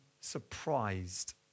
surprised